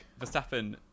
Verstappen